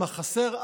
מה חסר?